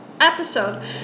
episode